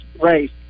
race